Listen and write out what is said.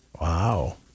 Wow